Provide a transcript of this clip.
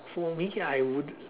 for me I would